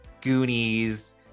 Goonies